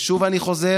ושוב אני חוזר,